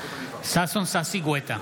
ששון ששי גואטה,